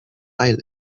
heil